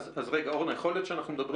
אז יכול להיות שאנחנו מדברים פה